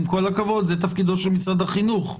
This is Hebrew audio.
עם כל הכבוד, זה תפקידו של משרד החינוך.